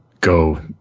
go